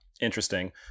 Interesting